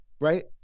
right